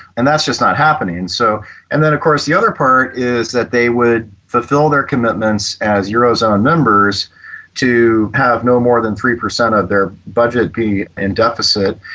and that's just not happening. so and then of course the other part is that they would fulfil their commitments as eurozone members to have no more than three per cent of their budget being in deficit,